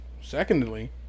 Secondly